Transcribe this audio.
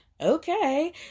okay